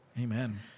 Amen